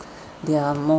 they're more